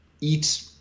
eat